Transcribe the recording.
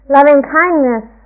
Loving-kindness